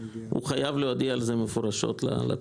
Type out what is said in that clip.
הוא חייב להודיע על זה מפורשות ללקוח.